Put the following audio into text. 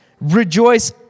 Rejoice